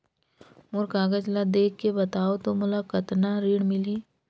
मोर कागज ला देखके बताव तो मोला कतना ऋण मिलही?